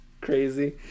crazy